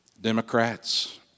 Democrats